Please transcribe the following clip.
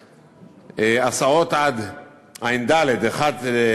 הסעות, תשע"ד 1(ב),